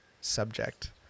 subject